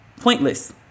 pointless